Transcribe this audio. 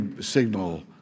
signal